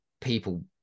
people